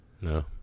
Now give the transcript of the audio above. No